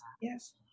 Yes